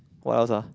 what else ah